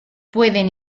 pueden